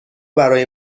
برای